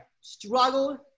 Struggled